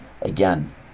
again